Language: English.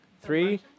Three